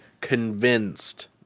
convinced